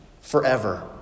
forever